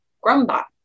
Grumbach